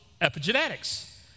epigenetics